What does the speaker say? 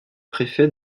préfet